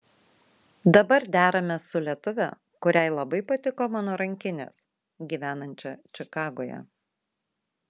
dabar deramės su lietuve kuriai labai patiko mano rankinės gyvenančia čikagoje